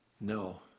No